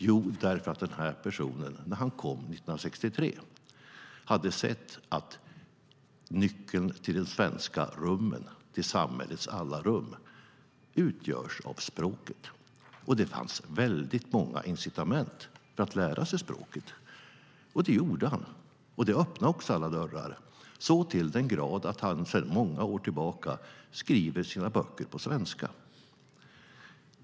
Jo, därför att den här personen när han kom 1963 hade sett att nyckeln till det svenska samhällets alla rum utgörs av språket, och det fanns väldigt många incitament för att lära sig språket. Det gjorde han, och det öppnade också alla dörrar så till den grad att han sedan många år tillbaka skriver sina böcker på svenska.